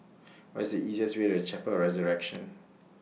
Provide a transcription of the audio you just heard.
What IS The easiest Way to Chapel of The Resurrection